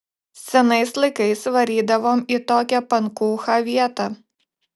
senais laikais varydavom į tokią pankūchą vietą